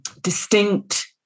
distinct